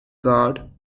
guard